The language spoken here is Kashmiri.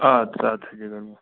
اَدٕ سا اَدٕ سا جِگر میون